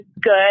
good